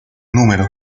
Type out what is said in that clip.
número